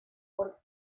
por